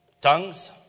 Tongues